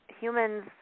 humans